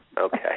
Okay